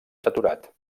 saturat